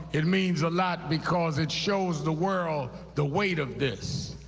it means a lot because it shows the world the weight of this.